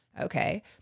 okay